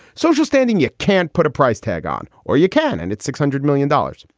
social standing. you can't put a price tag on or you can. and it's six hundred million dollars.